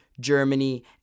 Germany